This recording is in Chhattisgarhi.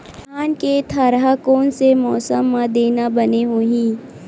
धान के थरहा कोन से मौसम म देना बने होही?